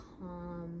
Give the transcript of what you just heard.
calm